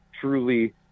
truly